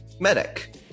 Medic